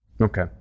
Okay